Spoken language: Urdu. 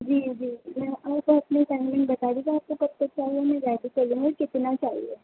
جی جی اور آپ اپنی ٹائمنگ بتا دیجیے آپ کو کب تک چاہیے میں ریڈی کر دوں گا کتنا چاہیے